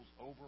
over